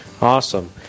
Awesome